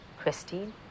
Christine